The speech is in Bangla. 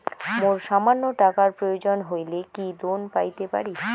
মোর সামান্য টাকার প্রয়োজন হইলে কি লোন পাইতে পারি?